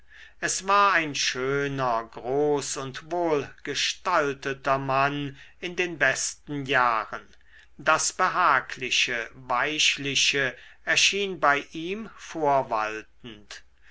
es war ein schöner groß und wohlgestalteter mann in den besten jahren das behagliche weichliche erschien bei ihm vorwaltend